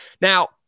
now